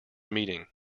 meeting